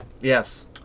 Yes